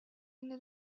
into